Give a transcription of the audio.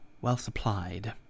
well-supplied